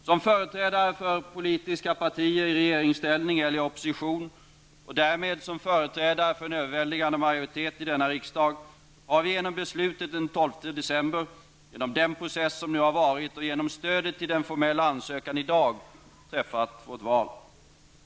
Som företrädare för politiska partier i regeringställning och opposition, och därmed som företrädare för en överväldigande majoritet i denna riksdag, har vi genom beslutet den 12 december, genom den process som nu har varit och genom stödet till den formella ansökan i dag träffat vårt val.